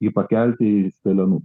jį pakelti iš pelenų